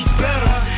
better